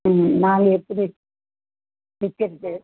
ம் நாங்கள் எப்படி விற்கறது